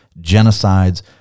genocides